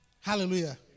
Hallelujah